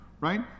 right